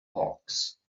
hawks